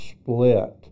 split